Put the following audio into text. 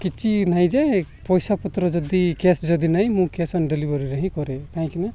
କିଛି ନାହିଁ ଯେ ପଇସାପତ୍ର ଯଦି କ୍ୟାସ୍ ଯଦି ନାହିଁ ମୁଁ କ୍ୟାସ୍ ଅନ୍ ଡେଲିଭରିରେ ହିଁ କରେ କାହିଁକିନା